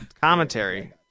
commentary